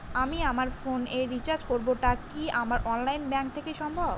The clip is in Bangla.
আমি আমার ফোন এ রিচার্জ করব টা কি আমার অনলাইন ব্যাংক থেকেই সম্ভব?